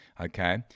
Okay